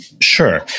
Sure